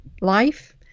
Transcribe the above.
life